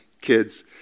kids